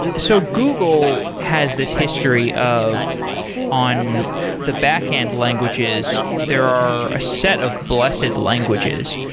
so google has this history of on the backend languages, there are a set of blessed languages.